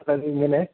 അപ്പോള് നീ ഇങ്ങനെ